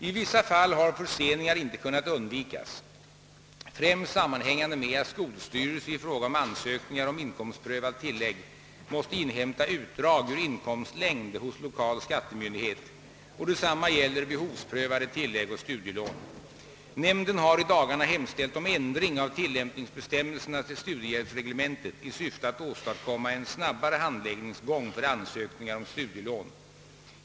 I vissa fall har förseningar inte kunnat undvikas, främst sammanhängande med att skolstyrelse i fråga om ansökningar om inkomstprövat tillägg måste inhämta utdrag ur inkomstlängd hos lokal skattemyndighet och detsamma gäller behovsprövade tillägg och studielån. Nämnden har i dagarna hemställt om ändring av tillämpningsbestämmelserna till studiehjälpsreglementet i syfte att åstadkomma en snabbare handläggningsgång för ansökningar om studielån.